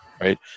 right